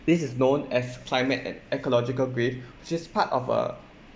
this is known as climate and ecological grief which is part of a